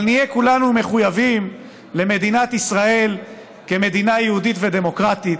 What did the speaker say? נהיה כולנו מחויבים למדינת ישראל כמדינה יהודית ודמוקרטית.